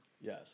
Yes